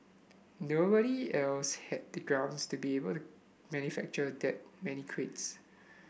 nobody else had the grounds to be able to manufacture that many crates